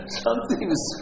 something's